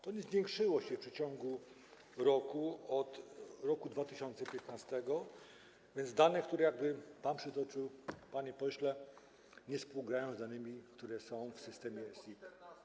To nie zwiększyło się w ciągu roku, od roku 2015, więc dane, które pan przytoczył, panie pośle, nie współgrają z danymi, które są w systemie SIP.